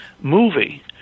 movie